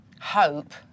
hope